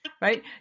Right